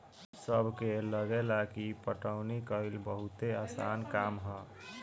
सबके लागेला की पटवनी कइल बहुते आसान काम ह